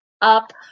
up